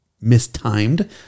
mistimed